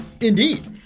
Indeed